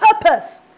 purpose